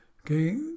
Okay